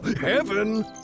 Heaven